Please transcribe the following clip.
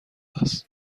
است